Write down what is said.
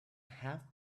have